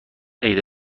عید